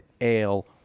Ale